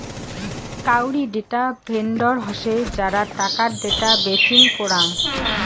কাউরী data vendor হসে যারা টাকার ডেটা বেচিম করাং